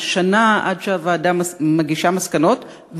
שנה עד שהוועדה מגישה מסקנות,